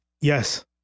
Yes